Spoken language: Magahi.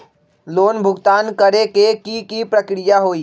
लोन भुगतान करे के की की प्रक्रिया होई?